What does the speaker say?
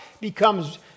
becomes